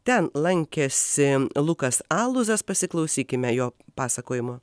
ten lankėsi lukas aluzas pasiklausykime jo pasakojimo